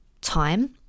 time